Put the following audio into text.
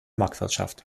marktwirtschaft